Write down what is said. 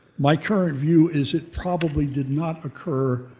my current view is it probably did not occur,